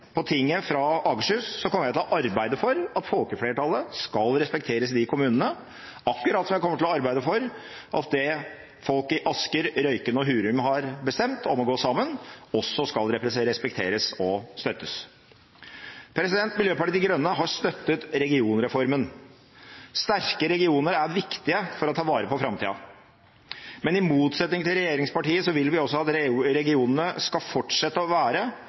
på Tinget fra Akershus, kommer jeg til å arbeide for at folkeflertallet skal respekteres i de kommunene – akkurat som jeg kommer til å arbeide for at det folk i Asker, Røyken og Hurum har bestemt, om å gå sammen, også skal respekteres og støttes. Miljøpartiet De Grønne har støttet regionreformen. Sterke regioner er viktig for å ta vare på framtida. Men i motsetning til regjeringspartiene vil vi også at regionene skal fortsette å være